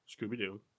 Scooby-Doo